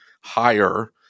higher